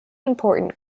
important